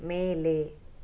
ಮೇಲೆ